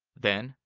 then,